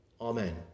amen